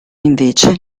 invece